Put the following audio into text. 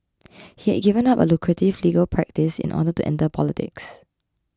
he had given up a lucrative legal practice in order to enter politics